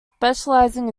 specializing